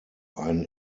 ein